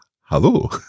hello